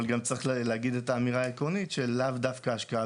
אבל צריך גם להגיד את האמירה העקרונית שלאו דווקא השקעה